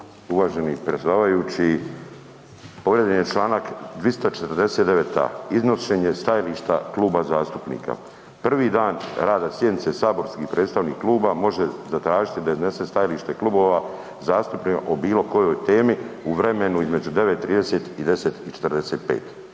Uvaženi predsjedavajući. Povrijeđen je čl. 249.a iznošenje stajališta kluba zastupnika. Prvi dan rada sjednice saborski predstavnik kluba može zatražiti da iznese stajalište klubova zastupnika o bilo kojoj temi u vremenu između 9,30 i 10,45.